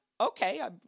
Okay